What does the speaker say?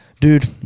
dude